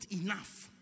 enough